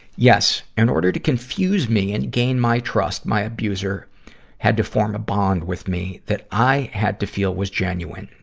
yes. in order to confuse me and gain my trust, my abuser had to form a bond with me that i had to feel was genuine.